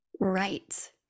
right